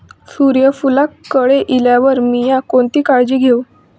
सूर्यफूलाक कळे इल्यार मीया कोणती काळजी घेव?